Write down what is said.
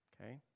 okay